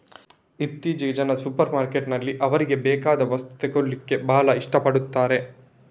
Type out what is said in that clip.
ಇತ್ತೀಚೆಗೆ ಜನ ಸೂಪರ್ ಮಾರ್ಕೆಟಿನಲ್ಲಿ ಅವ್ರಿಗೆ ಬೇಕಾದ ವಸ್ತು ತಗೊಳ್ಳಿಕ್ಕೆ ಭಾಳ ಇಷ್ಟ ಪಡ್ತಾರೆ